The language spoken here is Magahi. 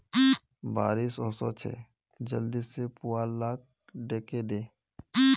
बारिश ओशो छे जल्दी से पुवाल लाक ढके दे